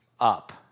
up